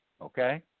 okay